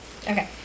Okay